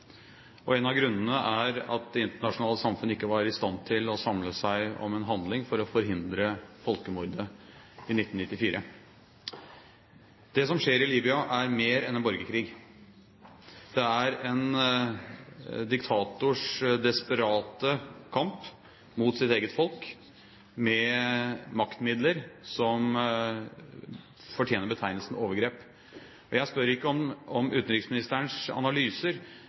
En av grunnene er at det internasjonale samfunn ikke var i stand til å samle seg om en handling for å forhindre folkemordet i 1994. Det som skjer i Libya, er mer enn en borgerkrig. Det er en diktators desperate kamp mot sitt eget folk med maktmidler som fortjener betegnelsen overgrep. Jeg spør ikke om utenriksministerens analyser.